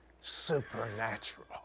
supernatural